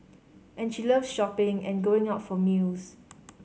and she loves shopping and going out for meals